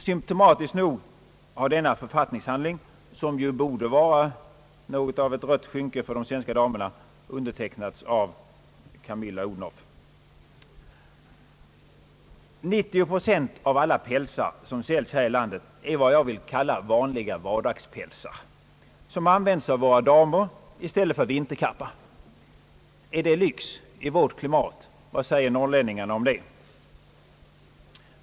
Symtomatiskt nog har denna författningshandling, som ju borde vara något av ett rött skynke för de svenska damerna, undertecknats av Camilla Odhnoff. Av alla pälsar som säljs här i landet är 90 procent vad jag vill kalla vanliga vardagspälsar som används av våra damer i stället för vinterkappor. Är det lyx i vårt klimat? Vad säger norrlänningarna om det?